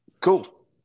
Cool